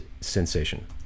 sensation